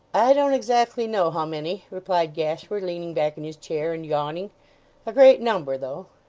i don't exactly know how many replied gashford, leaning back in his chair and yawning a great number though